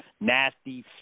nasty